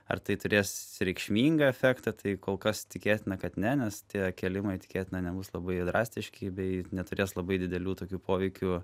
ar tai turės reikšmingą efektą tai kol kas tikėtina kad ne nes tie kėlimai tikėtina nebus labai jie drastiški bei neturės labai didelių tokių poveikių